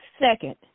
second